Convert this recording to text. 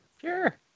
sure